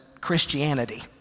Christianity